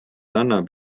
annab